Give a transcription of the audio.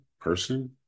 person